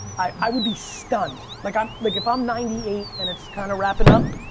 i would be stunned. like i'm like, if i'm ninety eight and it's kind of wrapping up,